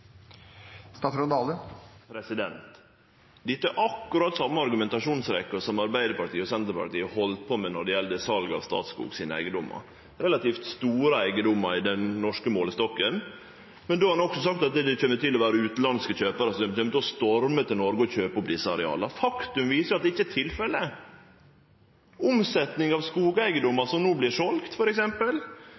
statsråd frå Framstegspartiet å opna låvedøra for utanlandsk eigarskap til norsk jord og skog? Dette er akkurat den same argumentasjonsrekkja som Arbeidarpartiet og Senterpartiet heldt på med då det gjaldt sal av Statskog sine eigedomar, som var relativt store eigedomar i norsk målestokk. Då sa ein også at det kom til å vere utanlandske kjøparar som kom til å storme til Noreg og kjøpe opp desse areala. Fakta viser at det ikkje er tilfellet. Når det gjeld f.eks. skogeigedomar som no